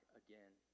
again